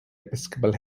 episcopal